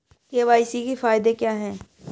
KYC के फायदे क्या है?